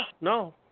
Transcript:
no